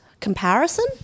comparison